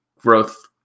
growth